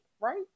right